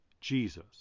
Jesus